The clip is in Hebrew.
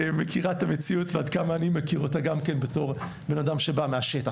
שמכירה את המציאות ועד כמה אני מכיר אותה גם כן בתור בן אדם שבא מהשטח.